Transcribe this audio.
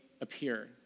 appear